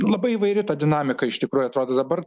labai įvairi ta dinamika iš tikrųjų atrodo dabar